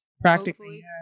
practically